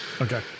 Okay